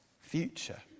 future